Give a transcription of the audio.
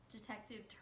Detective